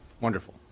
Wonderful